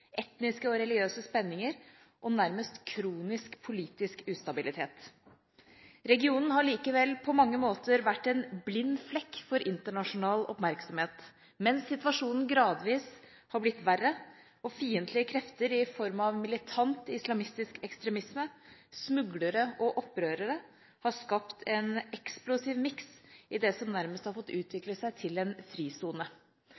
etniske og religiøse spenninger og nærmest kronisk politisk ustabilitet. Regionen har likevel på mange måter vært en blind flekk for internasjonal oppmerksomhet, mens situasjonen gradvis har blitt verre og fiendtlige krefter i form av militant islamistisk ekstremisme, smuglere og opprørere har skapt en eksplosiv miks i det som nærmest har fått